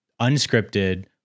unscripted